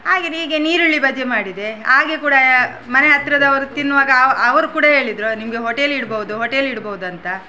ಹಾಗೇನೇ ಹೀಗೆ ಈರುಳ್ಳಿ ಬಜೆ ಮಾಡಿದೆ ಹಾಗೆ ಕೂಡ ಮನೆ ಹತ್ರದವರು ತಿನ್ನುವಾಗ ಅವು ಅವರು ಕೂಡ ಹೇಳಿದರು ನಿಮಗೆ ಹೋಟೆಲ್ ಇಡ್ಬಹುದು ಹೋಟೆಲ್ ಇಡ್ಬಹುದು ಅಂತ